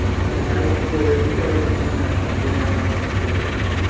মানে তোমাৰ এইটো বস্তুটো অ' এন জি চি হয় কিন্তু মানে কম্পেনীৰ আণ্ডাৰত কৰি আছা ন